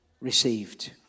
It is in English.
received